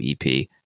EP